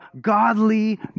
godly